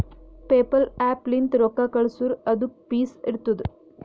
PayPal app ಲಿಂತ್ ರೊಕ್ಕಾ ಕಳ್ಸುರ್ ಅದುಕ್ಕ ಫೀಸ್ ಇರ್ತುದ್